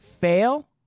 fail